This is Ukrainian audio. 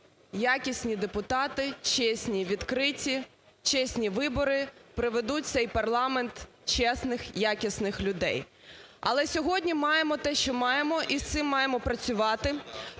якісні депутати, чесні, відкриті, чесні вибори приведуть у цей парламент чесних, якісних людей. Але сьогодні маємо те, що маємо, і з цим маємо працювати.